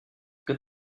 good